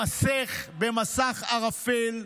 למסך במסך ערפל,